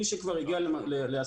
מי שכבר הגיע להסכמה,